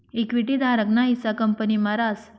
equity धारक ना हिस्सा कंपनी मा रास